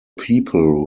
people